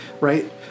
right